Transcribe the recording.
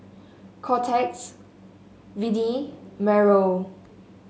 Cortez Vennie Meryl